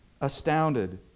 astounded